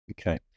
okay